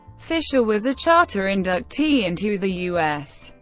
fischer was a charter inductee into the u s.